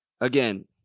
Again